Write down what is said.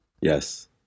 Yes